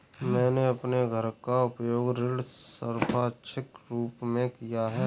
मैंने अपने घर का उपयोग ऋण संपार्श्विक के रूप में किया है